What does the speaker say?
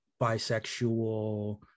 bisexual